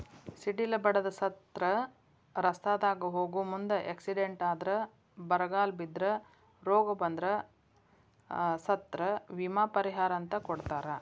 ಸಿಡಿಲ ಬಡದ ಸತ್ರ ರಸ್ತಾದಾಗ ಹೋಗು ಮುಂದ ಎಕ್ಸಿಡೆಂಟ್ ಆದ್ರ ಬರಗಾಲ ಬಿದ್ರ ರೋಗ ಬಂದ್ರ ಸತ್ರ ವಿಮಾ ಪರಿಹಾರ ಅಂತ ಕೊಡತಾರ